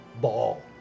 ball